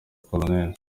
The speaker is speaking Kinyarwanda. col